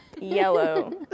yellow